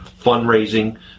Fundraising